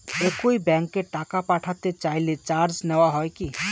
একই ব্যাংকে টাকা পাঠাতে চাইলে চার্জ নেওয়া হয় কি?